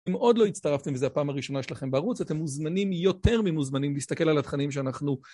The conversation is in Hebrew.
אם עוד לא הצטרפתם וזו הפעם הראשונה שלכם בערוץ אתם מוזמנים יותר ממוזמנים להסתכל על התכנים שאנחנו